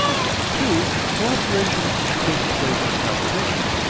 two. cooperation should take the place of competition.